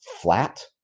flat